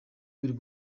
bubiri